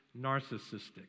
narcissistic